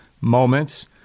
moments